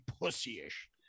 pussy-ish